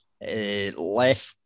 Left